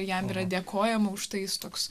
jam yra dėkojama už tai jis toks